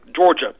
Georgia